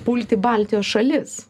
pulti baltijos šalis